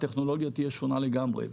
הטכנולוגיה תהיה שונה לגמרי.